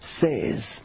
says